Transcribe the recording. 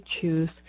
choose